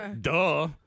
Duh